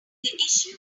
issue